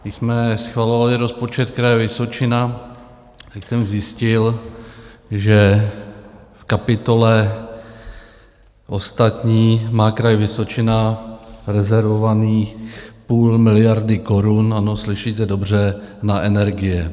Když jsme schvalovali rozpočet Kraje Vysočina, tak jsem zjistil, že v kapitole Ostatní má Kraj Vysočina rezervovaných půl miliardy korun ano, slyšíte dobře na energie.